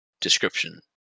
description